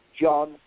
John